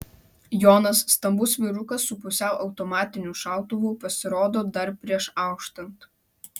jonas stambus vyrukas su pusiau automatiniu šautuvu pasirodo dar prieš auštant